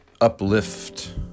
uplift